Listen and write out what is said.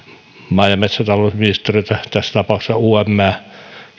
maa ja metsätalousministeriötä tässä tapauksessa umää